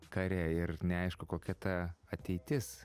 kare ir neaišku kokia ta ateitis